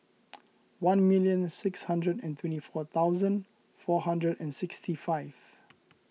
one million six hundred and twenty four thousand four hundred and sixty five